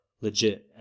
legit